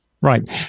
Right